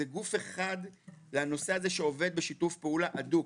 זה גוף אחד לנושא הזה, שעובד בשיתוף פעולה הדוק.